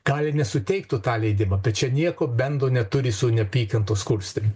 gal ir nesuteiktų tą leidimą bet čia nieko bendro neturi su neapykantos kurstymu